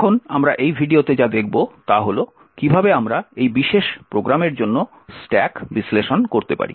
এখন আমরা এই ভিডিওতে যা দেখব তা হল কীভাবে আমরা এই বিশেষ প্রোগ্রামের জন্য স্ট্যাক বিশ্লেষণ করতে পারি